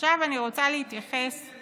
עכשיו אני רוצה להתייחס יש.